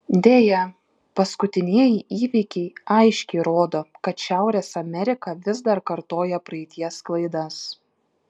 deja paskutinieji įvykiai aiškiai rodo kad šiaurės amerika vis dar kartoja praeities klaidas